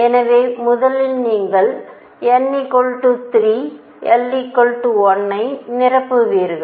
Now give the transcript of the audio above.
எனவே முதலில் நீங்கள் n 3 l 1 ஐ நிரப்புவீர்கள்